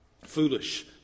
Foolish